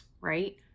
right